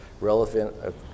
relevant